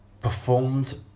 performed